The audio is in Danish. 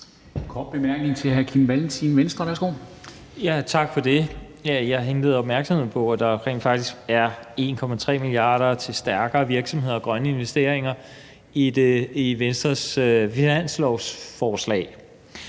Kim Valentin. Værsgo. Kl. 18:50 Kim Valentin (V): Tak for det. Jeg vil henlede opmærksomheden på, at der rent faktisk er 1,3 mia. kr. til stærkere virksomheder og grønne investeringer i Venstres finanslovsforslag.